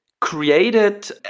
created